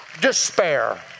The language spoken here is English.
despair